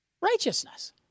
Righteousness